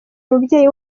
mubyeyi